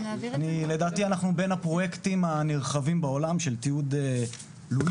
לדעתי אנחנו בין הפרויקטים הנרחבים בעולם של תיעוד לולים,